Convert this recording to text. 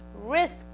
risk